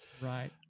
right